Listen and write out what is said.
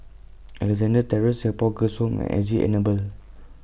Alexandra Terrace Singapore Girls' Home and S G Enable